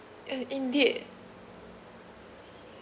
uh indeed